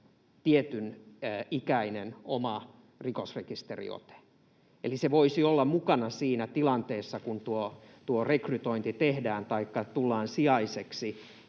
tietyn ikäinen oma rikosrekisteriote. Eli se voisi olla mukana siinä tilanteessa, kun tuo rekrytointi tehdään taikka tullaan sijaiseksi.